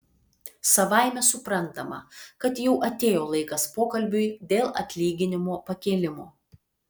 savaime suprantama kad jau atėjo laikas pokalbiui dėl atlyginimo pakėlimo